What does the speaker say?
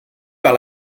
par